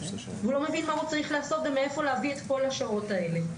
והוא לא מבין מה הוא צריך לעשות ומאיפה להביא את כל השעות האלה.